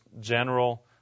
general